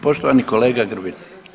Poštovani kolega Grbin.